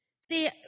See